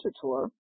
Tour